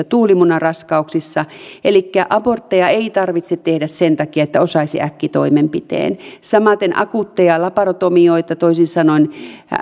tuulimunaraskauksissa elikkä abortteja ei tarvitse tehdä sen takia että osaisi äkkitoimenpiteen samaten akuutteja laparotomioita toisin sanoen